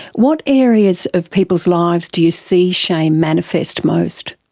what areas of people's lives do you see shame manifest most?